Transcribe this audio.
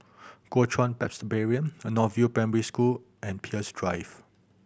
Kuo Chuan Presbyterian North View Primary School and Peirce Drive